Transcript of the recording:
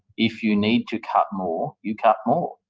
if you need to cut more, you cut more.